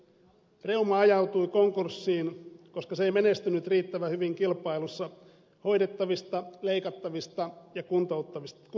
reuma ajautui konkurssiin koska se ei menestynyt riittävän hyvin kilpailussa hoidettavista leikattavista ja kuntoutettavista potilaista